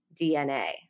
DNA